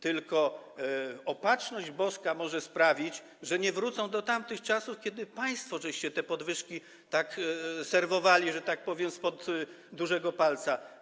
Tylko opatrzność boska może sprawić, że nie wrócą do tamtych czasów, kiedy państwo te podwyżki tak serwowaliście, że tak powiem, spod dużego palca.